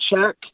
check